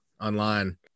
online